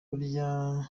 burya